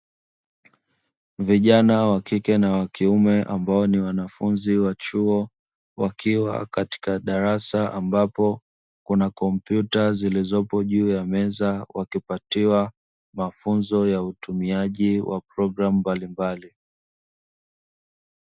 Vijana wakike na wakiume ambao ni wanafunzi wa chuo wakiwa katika darasa, ambapo kuna kompyuta zilizopo juu ya meza, wakipatiwa mafunzo ya utumiaji wa programu mbalimbali.